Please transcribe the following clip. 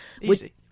Easy